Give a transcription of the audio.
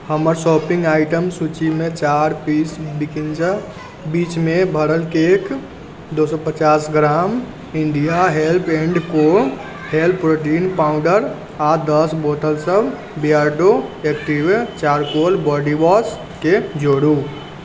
हमर shopping item सूचीमे चारि पीस विंकीज़ बीचमे भरल केक दो सए पचास gram India hemp and co hemp protein powder आ दश बोतल सभ बियर्डो एक्टीवे चारकोल बॉडीवॉशके जोड़ू